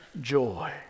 joy